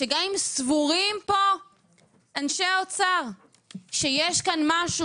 שגם אם סבורים פה אנשי האוצר שיש כאן משהו